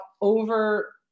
over